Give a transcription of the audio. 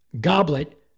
goblet